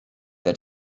that